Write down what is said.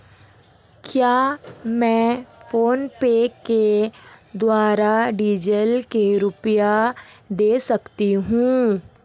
क्या मैं फोनपे के द्वारा डीज़ल के रुपए दे सकता हूं?